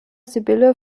sibylle